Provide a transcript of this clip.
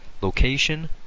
location